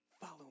Follow